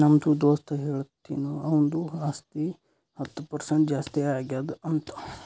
ನಮ್ದು ದೋಸ್ತ ಹೇಳತಿನು ಅವಂದು ಆಸ್ತಿ ಹತ್ತ್ ಪರ್ಸೆಂಟ್ ಜಾಸ್ತಿ ಆಗ್ಯಾದ್ ಅಂತ್